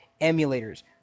Emulators